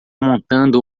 montando